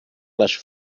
las